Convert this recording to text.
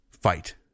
fight